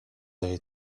avez